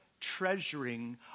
treasuring